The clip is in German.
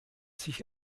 sich